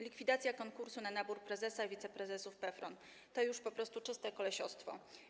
Likwidacja konkursu na nabór prezesa i wiceprezesów PFRON to już po prostu czyste kolesiostwo.